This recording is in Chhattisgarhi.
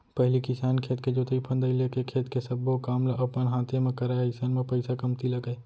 पहिली किसान खेत के जोतई फंदई लेके खेत के सब्बो काम ल अपन हाते म करय अइसन म पइसा कमती लगय